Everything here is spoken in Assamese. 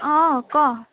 অ ক'